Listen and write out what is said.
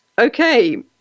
Okay